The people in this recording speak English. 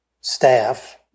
staff